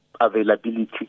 availability